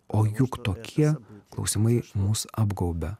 o juk tokie klausimai mus apgaubia